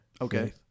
Okay